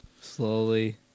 Slowly